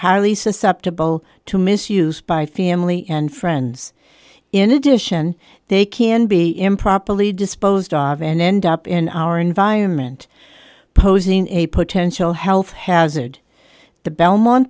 highly susceptible to misuse by family and friends in addition they can be improperly disposed of and end up in our environment posing a potential health hazard the belmont